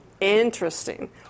Interesting